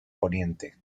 poniente